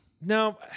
No